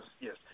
yes